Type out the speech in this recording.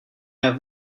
have